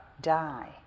die